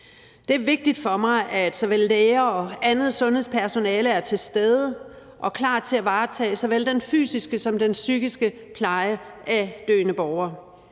Det er vigtigt for mig, at såvel læger som andet sundhedspersonale er til stede og klar til at varetage såvel den fysiske som den psykiske pleje af døende borgere.